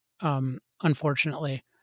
unfortunately